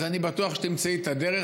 אז אני בטוח שתמצאי את הדרך.